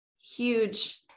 huge